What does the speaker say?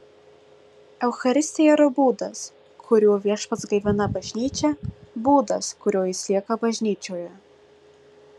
eucharistija yra būdas kuriuo viešpats gaivina bažnyčią būdas kuriuo jis lieka bažnyčioje